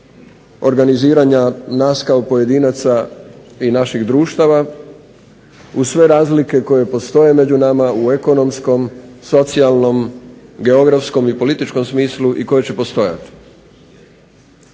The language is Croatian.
organiziranja nas kao pojedinca i naših društava uz sve razlike koje postoje među nama u ekonomskom, socijalnom, geografskom i političkom smislu i koje će postojati.